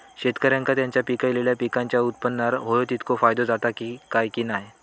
शेतकऱ्यांका त्यांचा पिकयलेल्या पीकांच्या उत्पन्नार होयो तितको फायदो जाता काय की नाय?